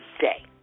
day